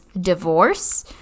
divorce